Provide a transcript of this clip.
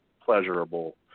pleasurable –